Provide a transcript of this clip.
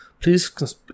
please